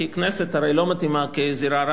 כי הכנסת הרי לא מתאימה כזירה,